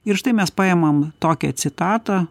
ir štai mes paimam tokią citatą